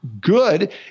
good